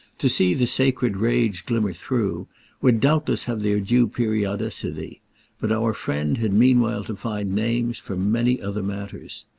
to see the sacred rage glimmer through would doubtless have their due periodicity but our friend had meanwhile to find names for many other matters.